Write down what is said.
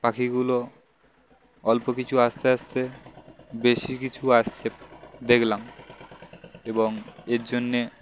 পাখিগুলো অল্প কিছু আসতে আসতে বেশি কিছু আসছে দেখলাম এবং এর জন্যে